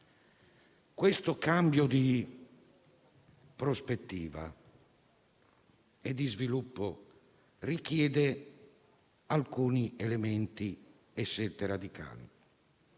Questo cambio di prospettiva e di sviluppo richiede alcuni elementi e scelte radicali.